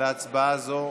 להצבעה הזאת.